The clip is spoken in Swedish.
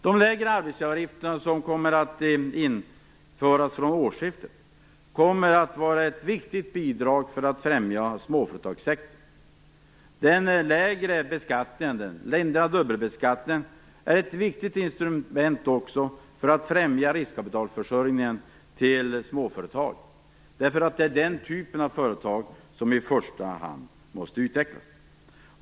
De lägre arbetsgivaravgifter som kommer att införas från årsskiftet kommer att vara ett viktigt bidrag för att främja småföretagssektorn. Den lägre dubbelbeskattningen är också ett viktigt instrument för att främja riskkapitalförsörjningen till småföretag - det är den typen av företag som i första hand måste utvecklas.